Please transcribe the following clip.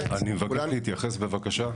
אני מבקש להתייחס בבקשה.